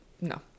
No